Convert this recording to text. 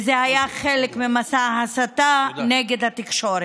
וזה היה חלק ממסע ההסתה נגד התקשורת.